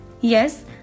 Yes